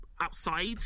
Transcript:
outside